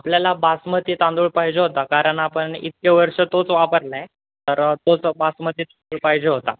आपल्याला बासमती तांदूळ पाहिजे होता कारण आपण इतके वर्ष तोच वापरला आहे तर तोच बासमती तांदूळ पाहिजे होता